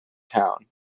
town